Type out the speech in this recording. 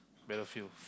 Battlefield